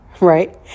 right